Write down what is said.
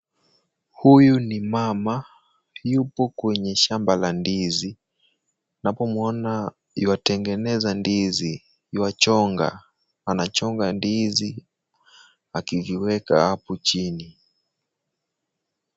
Huyu ni mama, yupo kwenye shamba la ndizi. Napomwona yu atengeneza ndizi. Yu achonga, anachonga ndizi, akiziweka hapo chini.